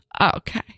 Okay